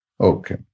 Okay